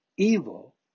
evil